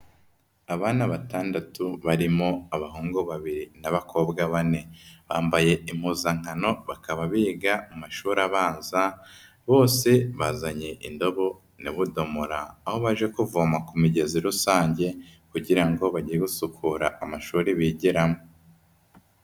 Abana batandatu barimo abahungu babiri n'abakobwa bane, bambaye impuzankano bakaba biga mu mashuri abanza, bose bazanye indobo n'ubudomora aho baje kuvoma ku migezi rusange kugira ngo bajye gusukura amashuri bigiramo.